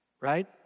Right